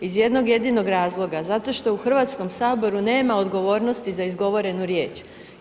Iz jednog jedinog razloga, zato što u Hrvatskom saboru nema odgovornosti za izgovorenu riječ.